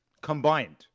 combined